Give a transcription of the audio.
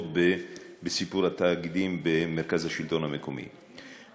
בסיפור התאגידים במרכז השלטון המקומי,